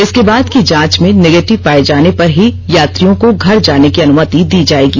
इसके बाद की जांच में नेगेटिव पाये जाने पर ही यात्रियों को घर जाने की अनुमति दी जायेगी